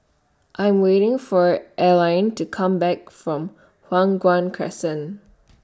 I Am waiting For Arline to Come Back from Hua Guan Crescent